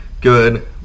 good